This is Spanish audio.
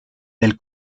del